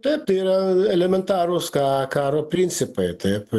taip tai yra elementarūs ką karo principai taip